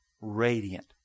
radiant